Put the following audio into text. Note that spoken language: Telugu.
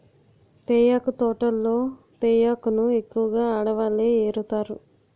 తేయాకు తోటల్లో తేయాకును ఎక్కువగా ఆడవాళ్ళే ఏరుతారు